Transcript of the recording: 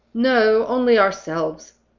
no! only ourselves.